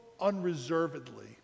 unreservedly